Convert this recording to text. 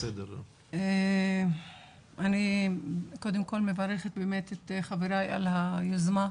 אני קודם כל מברכת את חבריי על היוזמה,